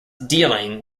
dealing